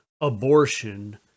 abortion